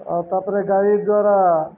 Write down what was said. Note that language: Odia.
ଆଉ ତା'ପରେ ଗାଈ ଦ୍ୱାରା